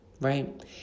right